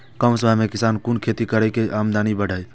कम समय में किसान कुन खैती करै की आमदनी बढ़े?